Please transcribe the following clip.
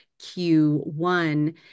Q1